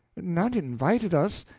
none invited us.